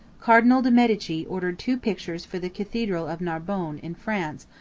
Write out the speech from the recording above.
cardinal de medici ordered two pictures for the cathedral of narbonne, in france,